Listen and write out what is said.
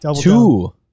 two